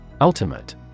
Ultimate